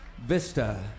vista